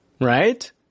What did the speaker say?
Right